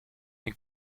dem